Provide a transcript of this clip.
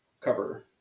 cover